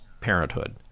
parenthood